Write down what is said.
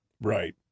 right